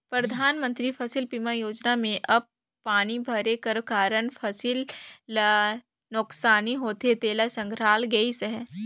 परधानमंतरी फसिल बीमा योजना में अब पानी भरे कर कारन फसिल ल नोसकानी होथे तेला संघराल गइस अहे